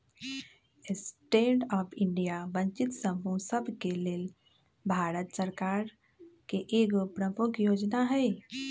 stand up India वंचित समूह सभके लेल भारत सरकार के एगो प्रमुख जोजना हइ